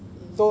mm